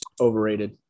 overrated